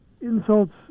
insults